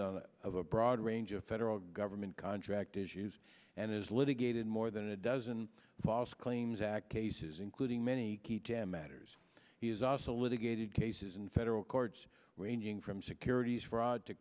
of a broad range of federal government contract issues and is litigated more than a dozen false claims act cases including many key damages is us a litigator cases in federal courts ranging from securities fraud to